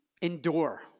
endure